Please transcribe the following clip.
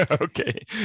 okay